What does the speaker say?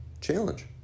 challenge